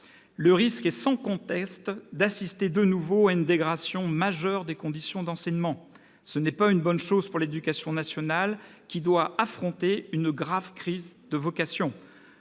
Le risque est sans conteste d'assister de nouveau à une dégradation majeure des conditions d'enseignement. Ce n'est pas une bonne chose pour l'éducation nationale, qui doit affronter une grave crise des vocations.